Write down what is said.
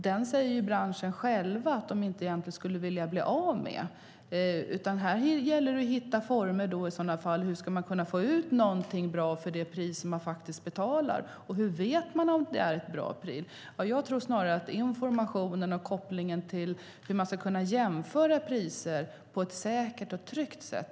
Branschen säger själv att den egentligen inte skulle vilja bli av med detta. Här gäller det i så fall att hitta former för hur man ska kunna få ut någonting bra för det pris som man betalar och hur man ska kunna veta att det är ett bra pris. Kanske har vi någonting att fundera på när det gäller informationen och möjligheten att jämföra priser på ett säkert och tryggt sätt.